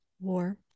war